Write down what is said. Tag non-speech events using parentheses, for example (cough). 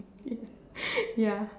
ya (noise) ya